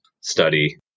study